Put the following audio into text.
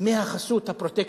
דמי החסות, ה"פרוטקשן".